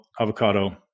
avocado